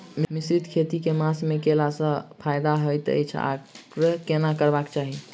मिश्रित खेती केँ मास मे कैला सँ फायदा हएत अछि आओर केना करबाक चाहि?